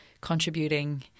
contributing